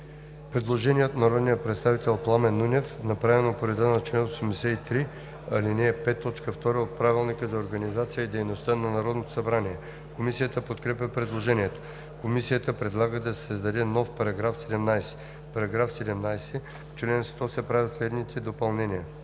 Предложение от народния представител Пламен Нунев, направено по реда на чл. 83, ал. 5, т. 2 от Правилника за организацията и дейността на Народното събрание. Комисията подкрепя предложението. Комисията предлага да се създаде нов § 17: „§ 17. В чл. 100 се правят следните допълнения: